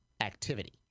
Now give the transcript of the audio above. activity